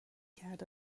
کرد